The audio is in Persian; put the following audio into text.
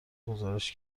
گزارش